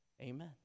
Amen